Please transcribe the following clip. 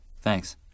Thanks